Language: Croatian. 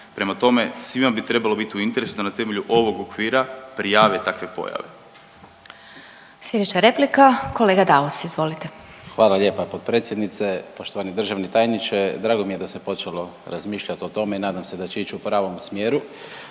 Prema tome, svima bi trebalo bit u interesu da na temelju ovog okvira prijave takve pojave.